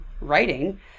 writing